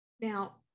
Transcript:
Now